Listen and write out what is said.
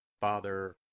Father